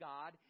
God